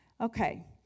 Okay